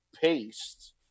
paste